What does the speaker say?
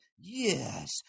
yes